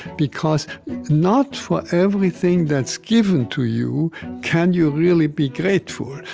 because not for everything that's given to you can you really be grateful.